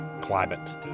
climate